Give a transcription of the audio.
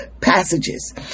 passages